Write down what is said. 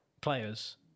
players